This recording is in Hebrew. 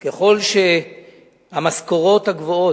ככל שיש משכורות גבוהות,